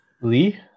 Lee